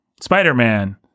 Spider-Man